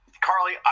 Carly